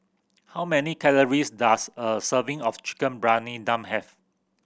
how many calories does a serving of Chicken Briyani Dum have